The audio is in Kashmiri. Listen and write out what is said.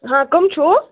ہاں کٕم چھو